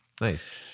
Nice